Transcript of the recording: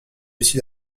aussi